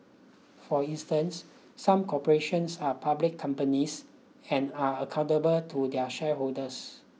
for instance some corporations are public companies and are accountable to their shareholders